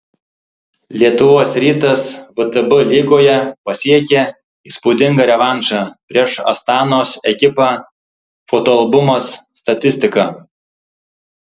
lietuvos rytas vtb lygoje pasiekė įspūdingą revanšą prieš astanos ekipą fotoalbumas statistika